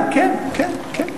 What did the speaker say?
כן, כן.